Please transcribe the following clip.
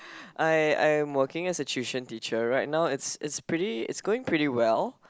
I I'm working as a tuition teacher right now it's it's pretty it's going pretty well